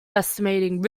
estimating